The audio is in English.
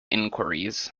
inquiries